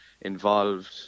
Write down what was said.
involved